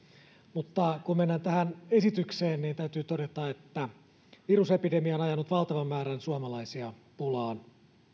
mutta kun mennään tähän esitykseen niin täytyy todeta että virusepidemia on ajanut valtavan määrän suomalaisia pulaan